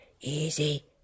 easy